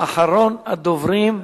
אחרון הדוברים,